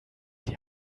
sie